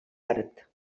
art